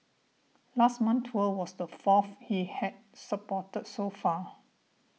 last month's tour was the fourth he has supported so far